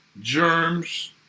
Germs